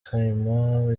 kaymu